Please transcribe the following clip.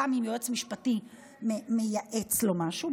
גם אם יועץ משפטי מייעץ לו משהו,